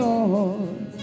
Lord